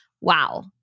Wow